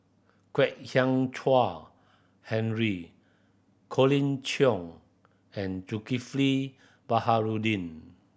Kwek Hian Chuan Henry Colin Cheong and Zulkifli Baharudin